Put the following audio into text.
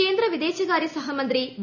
കേന്ദ്ര വിദേശകാര്യ സഹമന്ത്രി വി